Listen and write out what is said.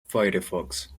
firefox